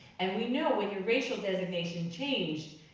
and we know when your racial designation changed,